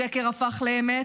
השקר הפך לאמת,